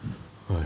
right